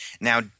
Now